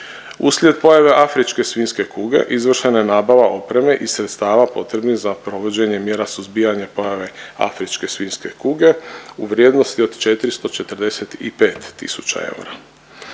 Uslijed pojave afričke svinjske kuge izvršena je nabava opreme i sredstava potrebnih za provođenje mjera suzbijanja pojave afričke svinjske kuge u vrijednosti od 445 tisuća eura.